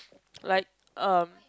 like uh